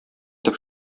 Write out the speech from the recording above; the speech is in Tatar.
итеп